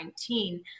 2019